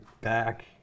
back